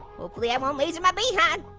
hopefully i won't laser my behind.